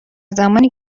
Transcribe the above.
زمانی